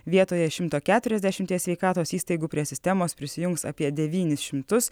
vietoje šimtos keturiasdešimties sveikatos įstaigų prie sistemos prisijungs apie devynis šimtus